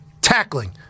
Tackling